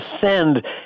send